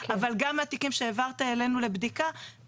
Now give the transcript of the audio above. אבל גם התיקים שהעברת אלינו לבדיקה,